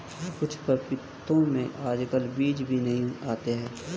कुछ पपीतों में आजकल बीज भी नहीं आते हैं